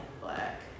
black